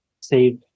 save